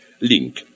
link